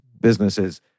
businesses